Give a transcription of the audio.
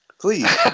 Please